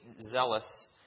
zealous